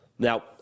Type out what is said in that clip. Now